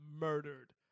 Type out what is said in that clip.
murdered